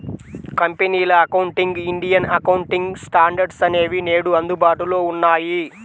కంపెనీల accounting, Indian accounting standards అనేవి నేడు అందుబాటులో ఉన్నాయి